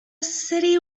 city